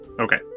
Okay